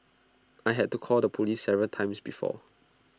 I had to call the Police several times before